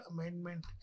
Amendment